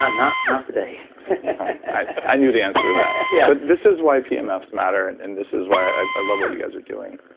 not not today i knew the answer to that yeah but this is why pmfs matter and and this is why i love what you guys are doing